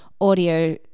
audio